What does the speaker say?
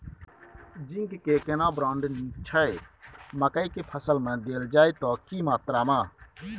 Zinc के केना brand नीक छैय मकई के फसल में देल जाए त की मात्रा में?